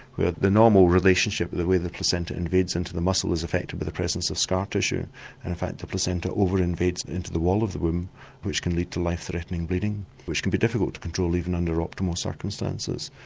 where the normal relationship, the way the placenta invades into the muscle is affected by the presence of scar tissue and in fact the placenta over-invades into the wall of the womb which can lead to life-threatening bleeding, which can be difficult to control even under optimal circumstances.